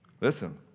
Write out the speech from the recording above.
listen